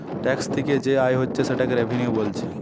tax থিকে যে আয় হচ্ছে সেটাকে রেভিনিউ বোলছে